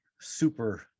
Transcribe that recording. super